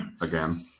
again